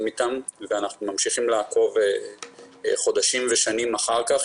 אתם ואנחנו ממשיכים לעקוב חודשים ושנים אחר כך.